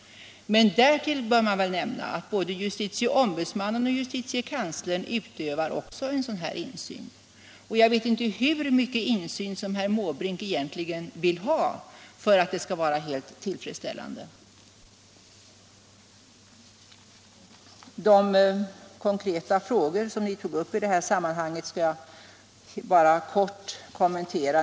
Därtill bör man väl nämna att både justitieombudsmannen och justitiekanslern utövar insyn. Jag vet inte hur mycket insyn herr Måbrink egentligen vill ha för att det skall vara helt tillfredsställande. De konkreta frågor som herr Måbrink tog upp i detta sammanhang skall jag bara kommentera helt kort.